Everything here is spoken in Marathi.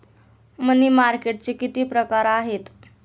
मनी मार्केटचे किती प्रकार आहेत?